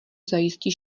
zajistí